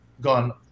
gone